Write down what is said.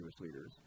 leaders